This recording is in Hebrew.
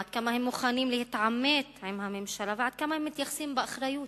עד כמה הם מוכנים להתעמת עם הממשלה ועד כמה הם מתייחסים באחריות